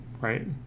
right